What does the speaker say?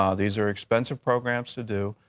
um these are expensive programs to do,